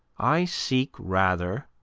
i seek rather,